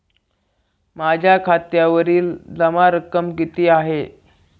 माझ्या खात्यावरील जमा रक्कम किती आहे?